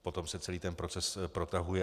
Potom se celý ten proces protahuje.